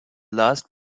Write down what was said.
last